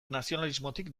nazionalismotik